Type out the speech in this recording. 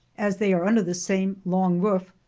as they are under the same long roof,